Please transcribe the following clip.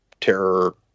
terror